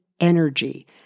energy